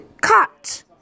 Cut